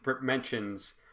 mentions